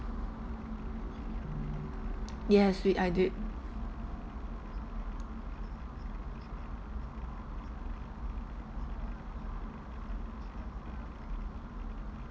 yes we I did